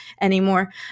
anymore